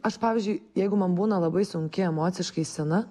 aš pavyzdžiui jeigu man būna labai sunki emociškai scena